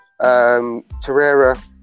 Torreira